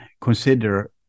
consider